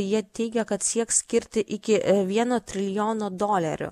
jie teigia kad sieks skirti iki vieno trilijono dolerių